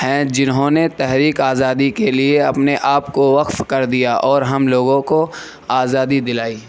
ہیں جنہوں نے تحریک آزادی کے لیے اپنے آپ کو وقف کر دیا اور ہم لوگوں کو آزادی دلائی